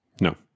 No